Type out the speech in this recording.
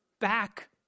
back